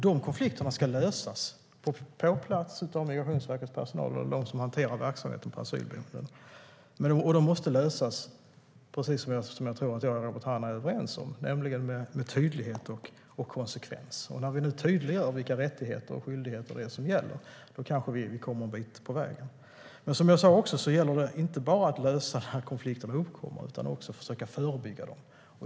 De konflikterna ska lösas - på plats av Migrationsverkets personal och av dem som hanterar verksamheten på asylboendena. De måste också - som jag tror att jag och Robert Hannah är överens om - lösas med tydlighet och konsekvens. När vi nu tydliggör vilka rättigheter och skyldigheter som gäller kanske vi kommer en bit på vägen. Som jag också sade gäller det inte bara att lösa en konflikt när den uppkommer utan också att försöka förebygga konflikter.